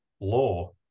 law